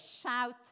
shout